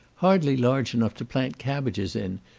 hardly large enough to plant cabbages in,